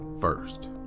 first